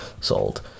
sold